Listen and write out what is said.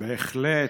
בהחלט.